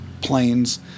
planes